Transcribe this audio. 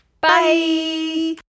Bye